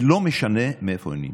ולא משנה איפה הם נמצאים.